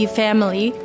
family